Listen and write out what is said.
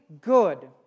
good